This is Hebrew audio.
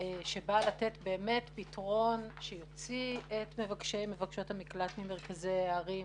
הצעת חוק שבאה לתת פתרון שיוציא את מבקשי ומבקשות המקלט ממרכזי הערים,